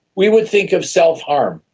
we would think of self-harm,